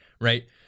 right